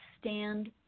stand